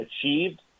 achieved